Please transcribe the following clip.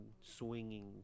swinging